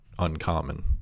uncommon